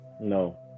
No